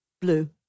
Blue